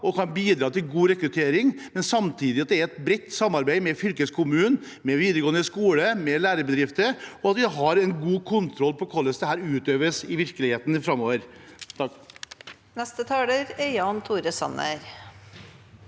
og kan bidra til god rekruttering, men at det samtidig er et bredt samarbeid med fylkeskommunen, med videregående skole og med lærebedrifter, og at vi har god kontroll på hvordan dette utøves i virkeligheten framover.